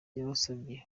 yabasabye